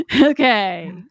Okay